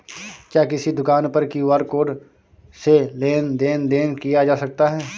क्या किसी दुकान पर क्यू.आर कोड से लेन देन देन किया जा सकता है?